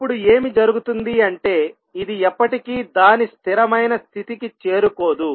అప్పుడు ఏమి జరుగుతుంది అంటే ఇది ఎప్పటికీ దాని స్థిరమైన స్థితికి చేరుకోదు